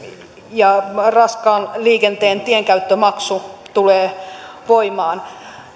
ja raskaan liikenteen tienkäyttömaksu tulee voimaan